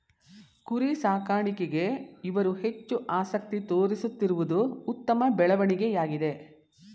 ಕುರಿ ಸಾಕಾಣಿಕೆಗೆ ಇವರು ಹೆಚ್ಚು ಆಸಕ್ತಿ ತೋರಿಸುತ್ತಿರುವುದು ಉತ್ತಮ ಬೆಳವಣಿಗೆಯಾಗಿದೆ